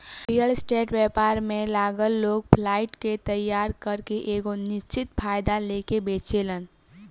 real estate व्यापार में लागल लोग फ्लाइट के तइयार करके एगो निश्चित फायदा लेके बेचेलेन